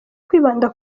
kwibanda